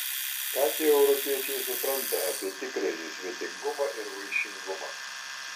ką tie europiečiai supranta apie tikrąjį svetingumą ir vaišingumą